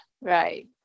Right